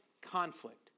conflict